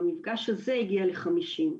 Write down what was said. המפגש הזה הגיע לחמישים.